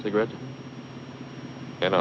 cigarettes and